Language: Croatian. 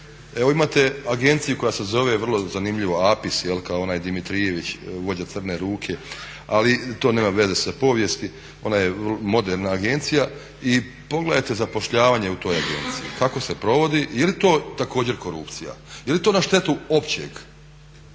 Evo imate agenciju koja se zove vrlo zanimljivo APIS, kao onaj Dimitrijević vođa Crne ruke, ali to nema veza sa povijesti, ona je moderna agencija i pogledajte zapošljavanje u toj agenciji, kako se provodi jeli to također korupcija, jeli to na štetu općeg